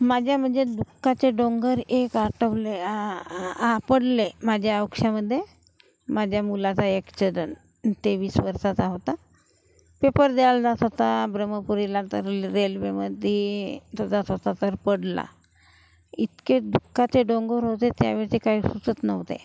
माझ्या म्हणजे दुःखाचे डोंगर एक आठवले हा पडले माझ्या आयुष्यामध्ये माझ्या मुलाचा एक्सीडन तेवीस वर्षाचा होता पेपर द्यायला जात होता ब्रम्हपुरीला तर रेल्वेमध्ये तो जात होता तर पडला इतके दुःखाचे डोंगर होते त्यावेळी ते काय सुचत नव्हते